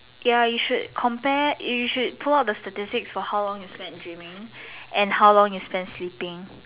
ya you should compare you should pull up the statistics for how long you spent dreaming and how long you spent sleeping